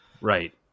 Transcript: right